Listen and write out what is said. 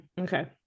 Okay